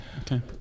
Okay